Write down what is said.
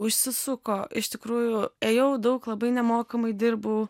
užsisuko iš tikrųjų ėjau daug labai nemokamai dirbau